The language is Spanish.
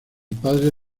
padres